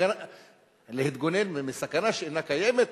להתגונן מסכנה שאינה קיימת?